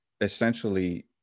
essentially